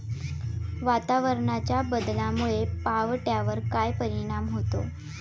वातावरणाच्या बदलामुळे पावट्यावर काय परिणाम होतो?